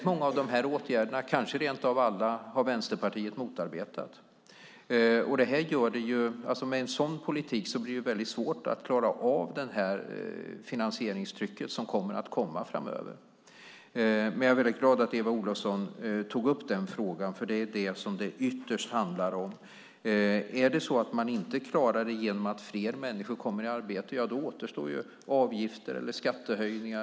Många av de här åtgärderna, kanske rent av alla, har Vänsterpartiet motarbetat. Med en sådan politik blir det väldigt svårt att klara av det finansieringstryck som kommer att komma framöver. Men jag är glad över att Eva Olofsson tog upp den frågan, för det är det som det ytterst handlar om. Är det så att man inte klarar detta genom att fler människor kommer i arbete återstår ju avgifter eller skattehöjningar.